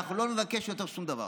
אנחנו לא נבקש יותר שום דבר.